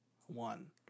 one